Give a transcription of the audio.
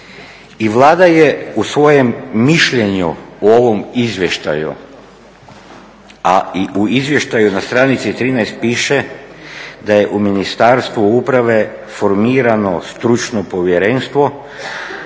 Vlada je u svojem mišljenju u ovom izvještaju, a i u izvještaju na stranici 13 piše da je u Ministarstvu uprave formirano Stručno povjerenstvo